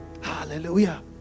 Hallelujah